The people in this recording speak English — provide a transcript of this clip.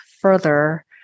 further